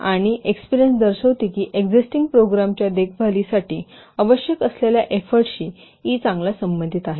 आणि एक्सपेरियन्स दर्शवितो की एक्झिस्टिंग प्रोग्रामच्या देखभालीसाठी आवश्यक असलेल्या एफोर्टशी ई चांगला संबधीत आहे